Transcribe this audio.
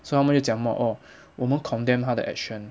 so 他们又讲什么 orh 我们 condemn 他的 action